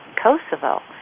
Kosovo